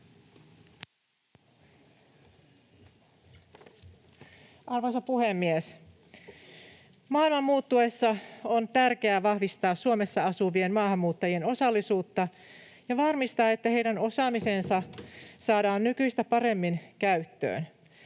Arvoisa puhemies! Maailman muuttuessa on tärkeää vahvistaa Suomessa asuvien maahanmuuttajien osallisuutta ja varmistaa, että heidän osaamisensa saadaan nykyistä paremmin käyttöön.